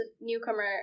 newcomer